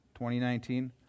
2019